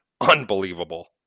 unbelievable